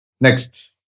Next